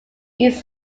east